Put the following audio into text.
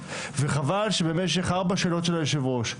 וחבל שבמשך ארבע שאלות של היושב ראש,